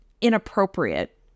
inappropriate